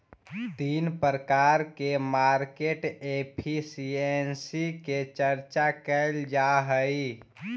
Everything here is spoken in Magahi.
तीन प्रकार के मार्केट एफिशिएंसी के चर्चा कैल जा हई